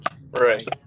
Right